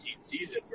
season